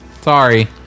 Sorry